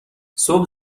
صبح